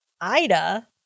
Ida